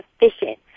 efficient